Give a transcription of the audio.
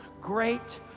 great